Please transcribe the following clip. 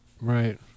Right